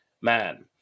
man